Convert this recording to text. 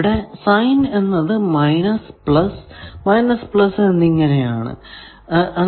ഇവിടെ സൈൻ എന്നത് minus plus minus plus എന്നിങ്ങനെ ആണ്